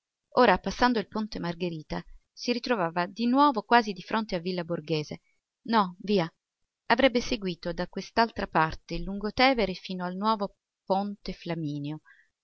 ora passando il ponte margherita si ritrovava di nuovo quasi di fronte a villa borghese no via avrebbe seguito da quest'altra parte il lungotevere fino al nuovo ponte flaminio